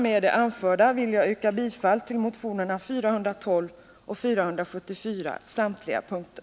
Med det anförda ber jag att få yrka bifall till motionerna 412 och 474 på samtliga punkter.